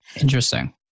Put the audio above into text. Interesting